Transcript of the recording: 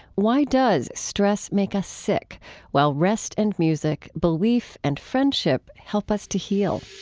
why does stress make us sick while rest and music, belief, and friendship help us to heal?